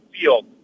field